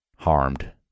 harmed